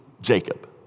Jacob